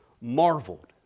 marveled